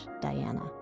Diana